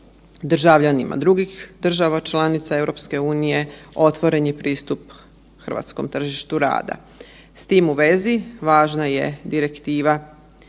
državljanima drugih država članica EU-e, otvoren je pristup hrvatskom tržištu rada. S tim u vezi, važna je Direktiva 2005/36